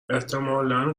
احتمالا